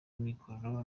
amikoro